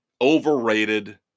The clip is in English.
overrated